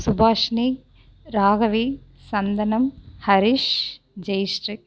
Subhashini Raghavi Santhanam Harish Jayashree